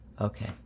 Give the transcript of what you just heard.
Okay